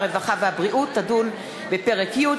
הרווחה והבריאות תדון בפרק י',